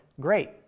great